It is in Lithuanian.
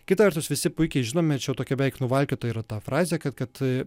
kita vertus visi puikiai žinome čia tokia beveik nuvalkiota yra ta frazė kad kad